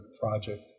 project